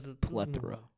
plethora